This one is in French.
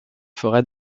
forêts